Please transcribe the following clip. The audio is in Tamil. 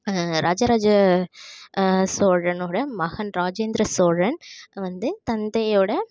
ராஜராஜ சோழனோடய மகன் ராஜேந்திர சோழன் வந்து தந்தையோடய